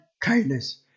kindness